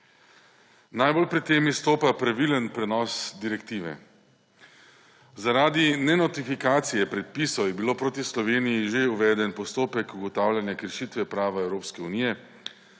Najbolj pri tem izstopa pravilen prenos direktive. Zaradi nenotifikacije predpisov je bil proti Sloveniji že uveden postopek ugotavljanja kršitve prava Evropske unije,